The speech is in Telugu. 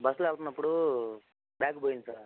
బస్సులో వెళ్తున్నపుడు బ్యాగ్గు పోయింది సార్